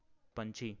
पक्षी